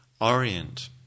orient